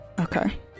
Okay